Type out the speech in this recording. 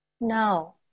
No